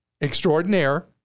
extraordinaire